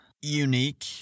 unique